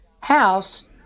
house